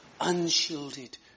unshielded